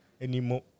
anymore